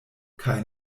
kaj